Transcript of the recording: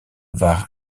waar